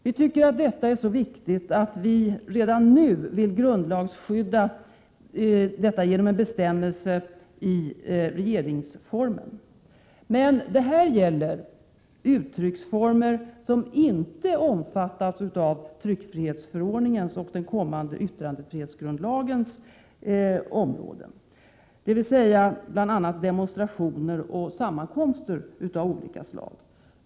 Vi tycker att detta är så viktigt att vi redan nu vill grundlagsfästa detta genom en bestämmelse i regeringsformen. Det gäller uttrycksformer utanför tryckfrihetsförordningens och den kommande yttrandefrihetsgrundlagens områden, dvs. demonstrationer och sammankomster av olika slag.